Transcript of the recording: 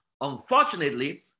Unfortunately